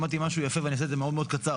שמעתי משהו יפה, ואני אעשה את זה מאוד מאוד קצר.